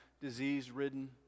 disease-ridden